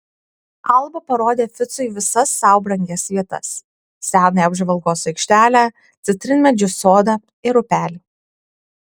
alba parodė ficui visas sau brangias vietas senąją apžvalgos aikštelę citrinmedžių sodą ir upelį